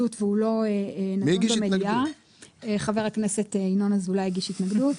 אבל חבר הכנסת ינון אזולאי הגיש התנגדות.